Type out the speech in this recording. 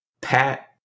Pat